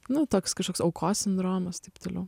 nu toks kažkoks aukos sindromas taip toliau